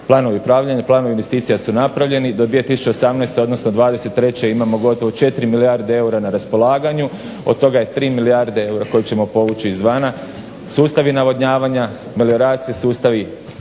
Planovi upravljanja, planovi investicija su napravljeni, do 2018. odnosno '23. imamo gotovo 4 milijarde eura na raspolaganju, od toga je 3 milijarde eura koje ćemo povući izvana. Sustavi navodnjavanja, … sustavi,